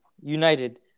United